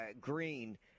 Green